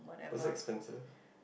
was it expensive